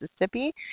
Mississippi